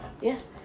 Yes